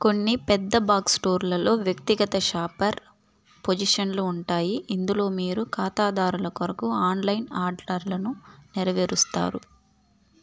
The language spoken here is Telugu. కొన్ని పెద్ద బాక్స్ స్టోర్లల్లో వ్యక్తిగత షాపర్ పొజిషన్లు ఉంటాయి ఇందులో మీరు ఖాతాదారుల కొరకు ఆన్లైన్ ఆర్డర్లను నెరవేరుస్తారు